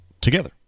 together